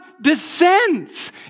descends